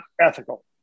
ethical